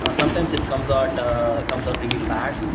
ah sometimes it comes out comes out really bad.